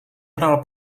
hrál